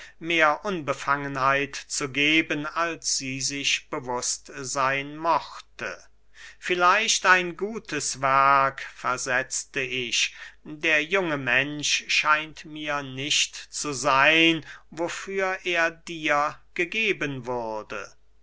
mehr unbefangenheit zu geben als sie sich bewußt seyn mochte vielleicht ein gutes werk versetzte ich der junge mensch scheint mir nicht zu seyn wofür er dir gegeben wurde